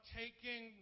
taking